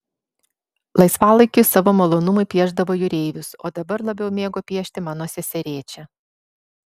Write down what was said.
laisvalaikiu jis savo malonumui piešdavo jūreivius o dar labiau mėgo piešti mano seserėčią